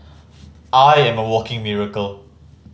I am a walking miracle